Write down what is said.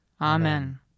Amen